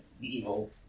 evil